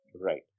Right